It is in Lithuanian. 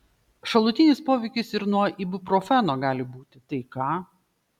šalutinis poveikis ir nuo ibuprofeno gali būti tai ką